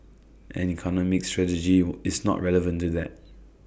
and economic strategy is not irrelevant to that